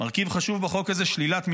מרכיב חשוב בחוק הזה: שלילת מימון.